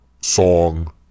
Song